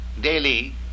daily